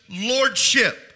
lordship